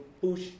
push